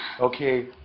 Okay